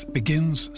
begins